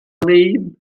gwlyb